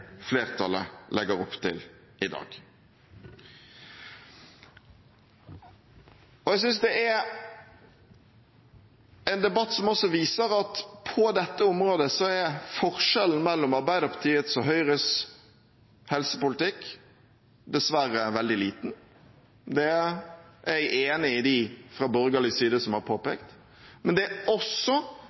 flertallet legger opp til i dag. Jeg synes dette er en debatt som også viser at på dette området er forskjellen mellom Arbeiderpartiets og Høyres helsepolitikk dessverre veldig liten. Der er jeg enig med dem fra borgerlig side som har påpekt det. Men det er også